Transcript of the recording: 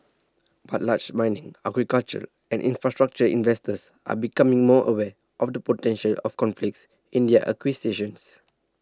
but large mining agricultural and infrastructure investors are becoming more aware of the potential of conflicts in their acquisitions